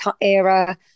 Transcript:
era